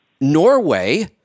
Norway